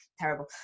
terrible